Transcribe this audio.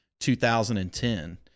2010